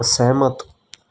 ਅਸਹਿਮਤ